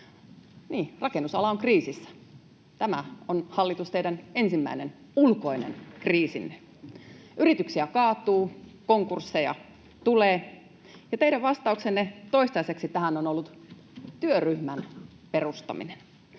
rakennusala on kriisissä. Tämä on, hallitus, teidän ensimmäinen ulkoinen kriisinne. Yrityksiä kaatuu, konkursseja tulee, ja teidän vastauksenne toistaiseksi tähän on ollut työryhmän perustaminen.